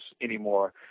anymore